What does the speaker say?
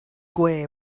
gwe